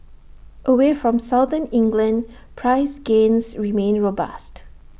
away from southern England price gains remain robust